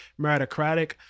meritocratic